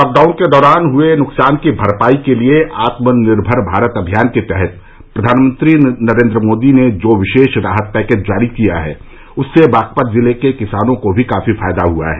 lockdown के दौरान हए नुकसान की भरपाई के लिए आत्मनिर्मर भारत अभियान के तहत प्रधानमंत्री नरेंद्र मोदी ने जो विशेष राहत पैकेज जारी किया है उससे बागपत जिले के किसानों को भी काफी फायदा हुआ है